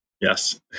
Yes